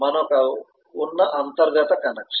మనకు ఉన్న అంతర్గత కనెక్షన్